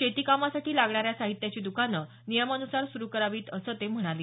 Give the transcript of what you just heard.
शेती कामासाठी लागणाऱ्या साहित्याची दुकानं नियमान्सार सुरु करावीत असं ते म्हणाले